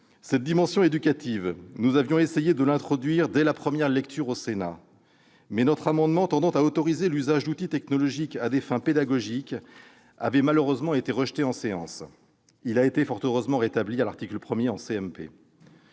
Cette dimension éducative, nous avions essayé de l'introduire dans le texte dès la première lecture au Sénat, mais notre amendement tendant à autoriser l'usage d'outils technologiques à des fins pédagogiques avait hélas été rejeté en séance. Son dispositif a fort heureusement été rétabli, à l'article 1, par